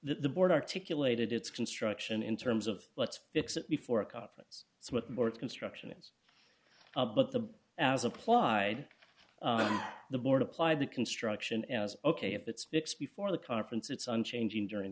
the board articulated its construction in terms of let's fix it before a conference what more its construction is but the as applied to the board apply the construction as ok if it's fixed before the conference it's unchanging during